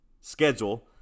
schedule